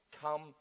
come